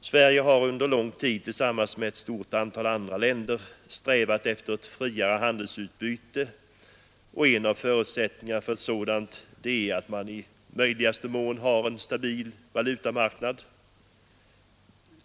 Sverige har under lång tid tillsammans med ett stort antal andra länder strävat efter ett friare handelsutbyte, och en av förutsättningarna för ett sådant är att man i möjligaste mån har en stabil valutamarknad.